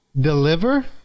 deliver